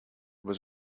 was